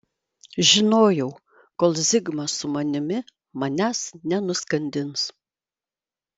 žinojau kol zigmas su manimi manęs nenuskandins